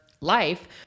life